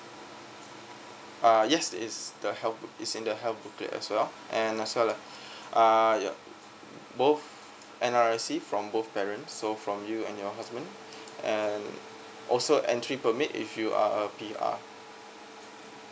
uh yes is the help is in the help booklet as well and also uh ya both and a receipt from both parents so from you and your husband and also entry permit if you are a P_R